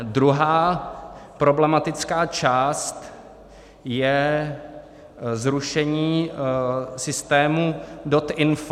Druhá problematická část je zrušení systému DotInfo.